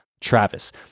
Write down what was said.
Travis